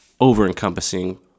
over-encompassing